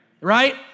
right